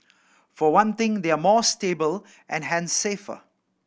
for one thing they are more stable and hence safer